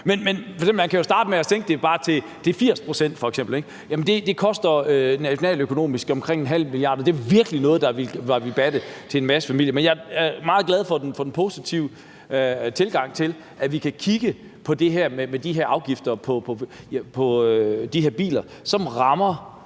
Man kan jo f.eks. starte med bare at sænke det til de 80 pct. Det koster nationaløkonomisk omkring en halv milliard kroner, og det er virkelig noget, der ville batte for masser af familier. Men jeg er meget glad for den positive tilgang til, at vi kan kigge på de her afgifter på de biler. De